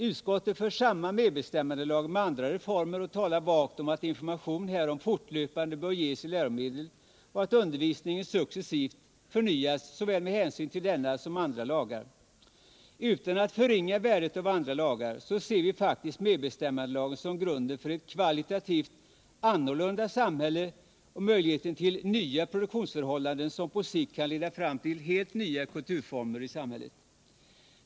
Utskottet för samman medbestämmandelagen med andra reformer och talar vagt om att information härom fortlöpande bör ges i läromedel och att undervisningen successivt förnyas med hänsyn till såväl denna som andra lagar. Utan att förringa värdet av andra lagar ser vi faktiskt medbestämmandelagen som grunden för ett kvalitativt annorlunda samhälle och möjligheten till nya produktionsförhållanden som på sikt kan leda fram till helt nya kulturformer i samhället.